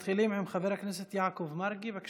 מתחילים עם חבר הכנסת יעקב מרגי, בבקשה.